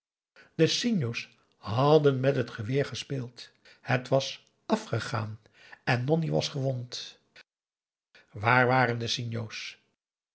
de sinjo's hadden met het geweer gespeeld het was afgegaan en nonni was gewond waar waren de